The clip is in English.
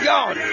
God